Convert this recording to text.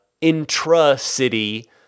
intra-city